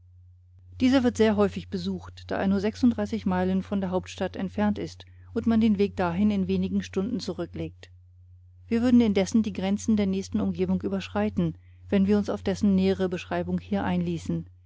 dieser wird sehr häufig besucht da er nur sechsunddreißig meilen von der hauptstadt entfernt ist und man den weg dahin in wenigen stunden zurücklegt wir würden indessen die grenzen der nächsten umgebung überschreiten wenn wir uns auf dessen nähere beschreibung hier einließen